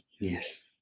Yes